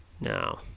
Now